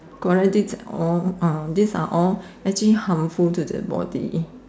guarantee all uh this are all actually harmful to the body